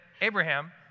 Abraham